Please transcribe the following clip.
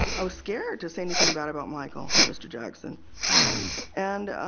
i was scared to say anything bad about michael. mr. jackson and